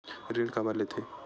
ऋण काबर लेथे?